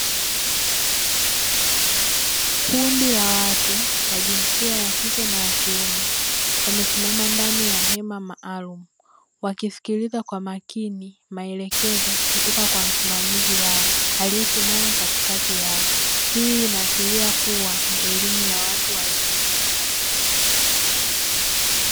Kundi la watu wa jinsia ya kike na ya kiume wamesimama ndani ya hema maalumu, wakisikiliza kwa makini maelekezo kutoka kwa msimamizi wao aliyesimama katikati yao hii inaashiria kuwa ni elimu ya watu wazima.